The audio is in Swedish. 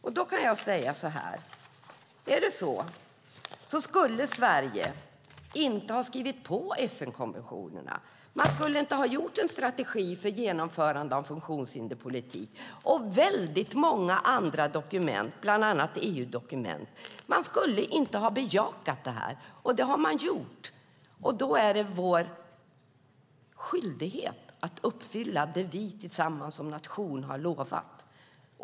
Om det är så skulle Sverige inte ha skrivit under FN-konventionerna - man skulle inte ha gjort en strategi för genomförande av en funktionshinderspolitik - och många andra dokument, bland annat EU-dokument. Man skulle inte ha bejakat detta. Det har man gjort. Då är det vår skyldighet att uppfylla det som vi tillsammans som nation har lovat.